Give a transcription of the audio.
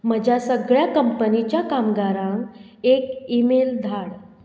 म्हज्या सगळ्या कंपनीच्या कामगारांक एक ईमेल धाड